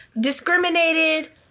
Discriminated